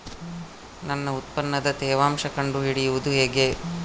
ನನ್ನ ಉತ್ಪನ್ನದ ತೇವಾಂಶ ಕಂಡು ಹಿಡಿಯುವುದು ಹೇಗೆ?